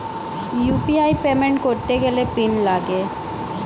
UPI payment করতে গেলে PIN লাগে